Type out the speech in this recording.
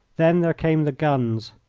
then there came the guns.